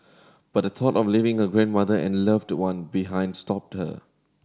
but the thought of leaving her grandmother and loved one behind stopped her